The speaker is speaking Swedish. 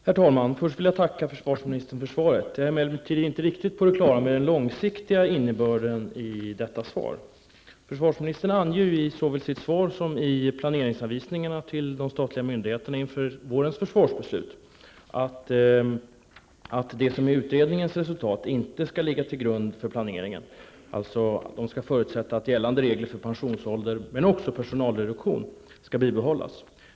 Herr talman! Först vill jag tacka försvarsministern för svaret. Jag är emellertid inte riktigt på det klara med den långsiktiga innebörden av detta svar. Försvarsministern anger i såväl sitt svar som planeringsanvisningarna till de statliga myndigheterna inför vårens försvarsbeslut att utredningens resultat inte skall ligga till grund för planeringen, dvs. man skall förutsätta att gällande regler för pensionsålder men också för personalreduktion skall bibehållas.